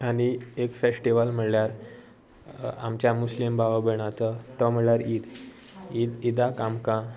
आनी एक फेस्टिवल म्हणल्यार आमच्या मुस्लीम बाबा भयणाचो तो म्हणल्यार ईद ईद ईदक आमकां